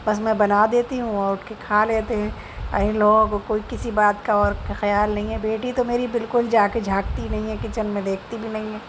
بس میں بنا دیتی ہوں وہ اٹھ کے کھا لیتے ہیں اور ان لوگوں کو کوئی کسی بات کا اور خیال نہیں ہے بیٹی تو میری بالکل جا کے جھانکتی ہی نہیں ہے کچن میں دیکھتی بھی نہیں ہے